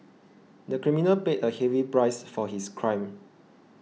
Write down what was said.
the criminal paid a heavy price for his crime